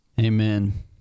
Amen